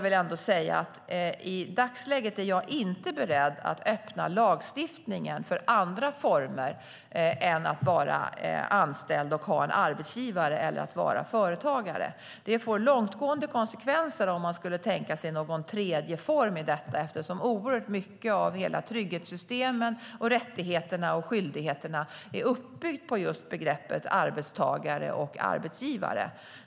I dagsläget är jag inte beredd att öppna lagstiftningen för andra former än att vara anställd och ha en arbetsgivare eller att vara företagare. Det får långtgående konsekvenser om man skulle tänka sig någon tredje form i detta. Oerhört mycket av trygghetssystem, rättigheter och skyldigheter är ju uppbyggt på just begreppen arbetstagare och arbetsgivare.